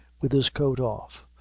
with his coat off,